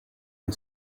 and